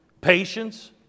Patience